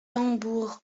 tambour